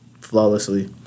flawlessly